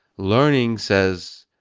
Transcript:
learning says,